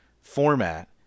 format